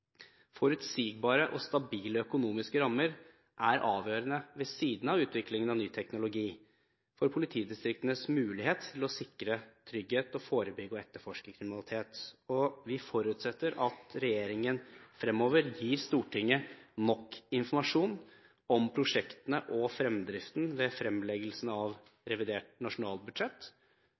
Forutsigbare og stabile økonomiske rammer er avgjørende ved siden av utviklingen av ny teknologi for politidistriktenes mulighet til å sikre trygghet og forebygge og etterforske kriminalitet. Vi forutsetter at regjeringen fremover gir Stortinget nok informasjon om prosjektene og fremdriften ved fremleggelsen av revidert nasjonalbudsjett,